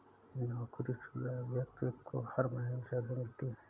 नौकरीशुदा व्यक्ति को हर महीने सैलरी मिलती है